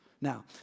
Now